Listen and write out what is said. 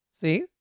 See